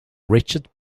richard